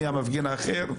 מיהו המפגין האחר?